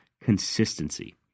consistency